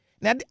Now